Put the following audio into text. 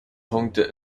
punkte